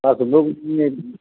passbook ने